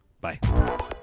Bye